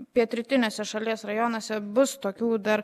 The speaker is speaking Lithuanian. pietrytiniuose šalies rajonuose bus tokių dar